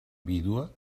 vídua